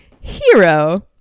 Hero